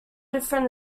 different